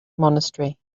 monastery